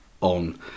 on